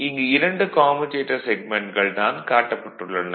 இங்கு இரண்டு கம்யூடேட்டர் செக்மென்ட்கள் தான் காட்டப்பட்டு உள்ளன